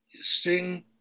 Sting